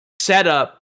setup